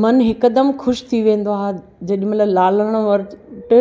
मन हिकदमि ख़ुशि थी वेंदो आहे जेॾीमहिल लालण वटि